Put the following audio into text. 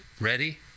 ready